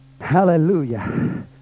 Hallelujah